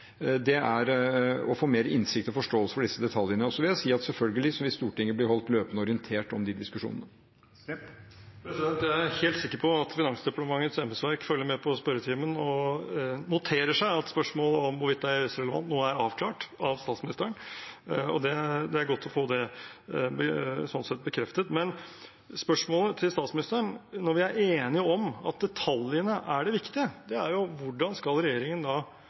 er å få mer innsikt om og forståelse for disse detaljene. Og så vil jeg si at selvfølgelig vil Stortinget bli holdt løpende orientert om de diskusjonene. Nikolai Astrup – til oppfølgingsspørsmål. Jeg er helt sikker på at Finansdepartementets embetsverk følger med på spørretimen og noterer seg at spørsmålet om hvorvidt det er EØS-relevant, nå er avklart av statsministeren, og det er godt å få det sånn sett bekreftet. Spørsmålet til statsministeren, når vi er enige om at detaljene er det viktige, er: Hvordan skal regjeringen da